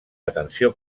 atenció